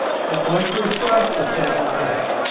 but once we've pressed it, that won't work.